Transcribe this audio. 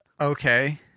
Okay